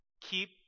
Keep